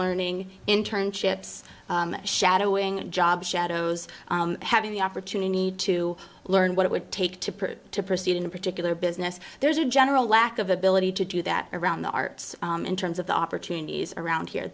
learning internships shadowing job shadows having the opportunity to learn what it would take to prove to proceed in a particular business there's a general lack of ability to do that around the arts in terms of the opportunities around here